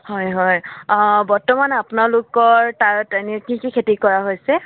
হয় হয় বৰ্তমান আপোনালোকৰ তাত এনে কি কি খেতি কৰা হৈছে